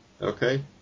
Okay